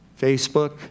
Facebook